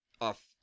off